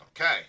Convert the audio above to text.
Okay